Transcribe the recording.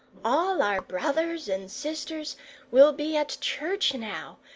all our brothers and sisters will be at church now,